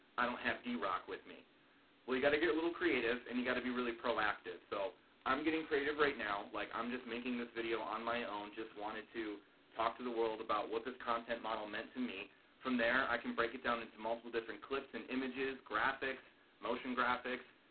i don't have d-roc with me well, you got to get a little creative and you got to be really proactive. so i'm getting creative right now like i'm just making this video on my just wanted to talk to the world about what this content model meant to me from there i can break it down into multiple different clips and images graphics motion graphics.